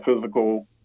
physical